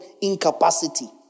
incapacity